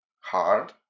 hard